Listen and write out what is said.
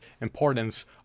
importance